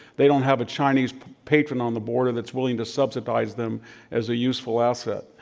they don't have a chinese patron on the board that's willing to subsidize them as a useful asset.